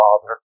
Father